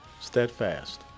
Steadfast